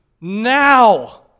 now